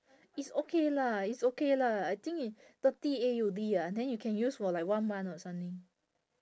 it's okay lah it's okay lah I think i~ thirty A_U_D ah then you can use for like one month or something